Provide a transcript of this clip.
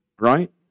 Right